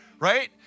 Right